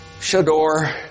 Shador